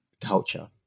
culture